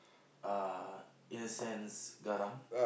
are in a sense garang